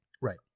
Right